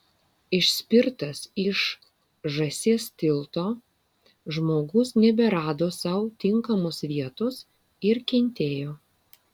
išspirtas iš žąsies tilto žmogus neberado sau tinkamos vietos ir kentėjo